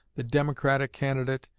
the democratic candidate,